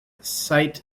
sight